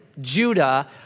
Judah